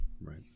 Right